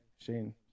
Shane